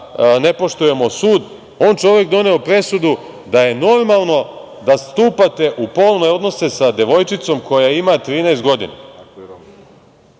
ne poštujemo sud, on je čovek doneo presudu da je normalno da stupate u polne odnose sa devojčicom koja ima 13.